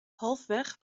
halfweg